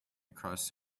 across